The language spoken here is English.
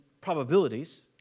probabilities